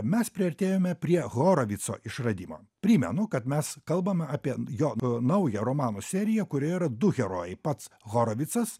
mes priartėjome prie horovico išradimo primenu kad mes kalbam apie jo naują romanų seriją kurioj yra du herojai pats horovicas